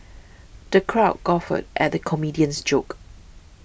the crowd guffawed at the comedian's jokes